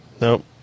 nope